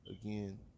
Again